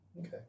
Okay